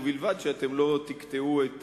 ובלבד שאתם לא תקטעו את